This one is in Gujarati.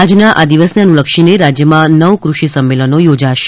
આજના આ દિવસને અનુલક્ષીને રાજ્યમાં નવ કૃષિ સંમેલનો યોજાશે